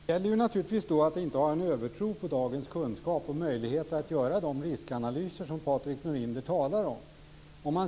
Fru talman! Det gäller naturligtvis då att inte ha en övertro på dagens kunskap och möjligheter att göra de riskanalyser som Patrik Norinder talar om.